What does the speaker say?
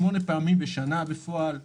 שמונה פעמים בשנה בפועל,